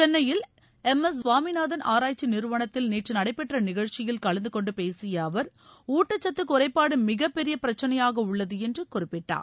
சென்னையில் M S Swaminathan ஆராய்ச்சி நிறுவனத்தில் நேற்று நடைபெற்ற நிகழ்ச்சியில் கலந்துகொண்டு பேசிய அவர் ஊட்டச்சத்து குறைபாடு மிகப்பெரிய பிரச்சினையாக உள்ளது என்று குறிப்பிட்டார்